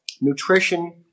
nutrition